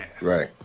Right